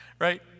Right